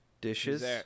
Dishes